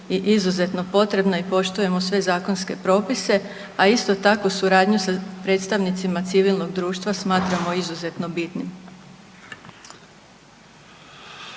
i izuzetno potrebna i poštujemo sve zakonske propise, a isto tako suradnju sa predstavnicima civilnog društva smatramo izuzetno bitnim.